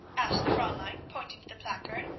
asked the fraulein, pointing to the placard.